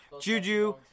Juju